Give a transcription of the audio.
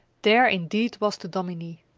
there indeed was the dominie!